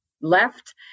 left